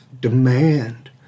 Demand